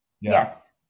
Yes